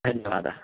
धन्यवादः